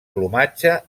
plomatge